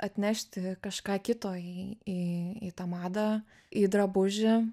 atnešti kažką kito į tą madą į drabužį